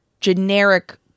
generic